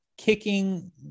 kicking